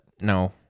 no